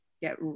get